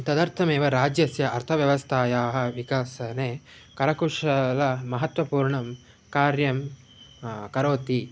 तदर्थमेव राज्यस्य अर्थव्यवस्थायाः विकासने करकुशलं महत्त्वपूर्णं कार्यं करोति